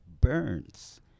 burns